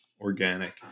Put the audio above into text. organic